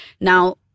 Now